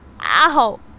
Ow